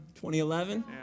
2011